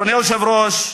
אדוני היושב-ראש,